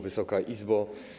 Wysoka Izbo!